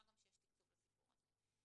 מה גם שיש תקצוב לסיפור הזה.